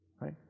right